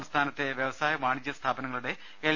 സംസ്ഥാനത്തെ വ്യവസായ വാണിജ്യ സ്ഥാപനങ്ങളുടെ എൽ